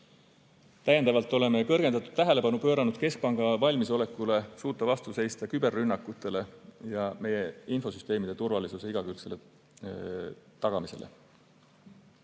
Täiendavalt oleme kõrgendatud tähelepanu pööranud keskpanga valmisolekule suuta vastu seista küberrünnakutele ja meie infosüsteemide turvalisuse igakülgsele tagamisele.